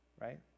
right